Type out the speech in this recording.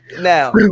now